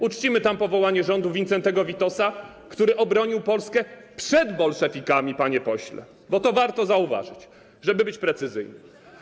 Uczcimy tam powołanie rządu Wincentego Witosa, który obronił Polskę przed bolszewikami, panie pośle, bo to warto zauważyć, żeby być precyzyjnym.